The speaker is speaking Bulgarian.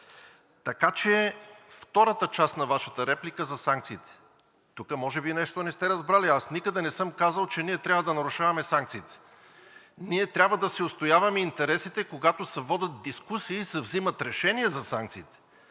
Така че, втората част на Вашата реплика за санкциите. Тук може би нещо не сте разбрали. Аз никъде не съм казал, че ние трябва да нарушаваме санкциите. Ние трябва да си отстояваме интересите, когато се водят дискусии и се вземат решения за санкциите.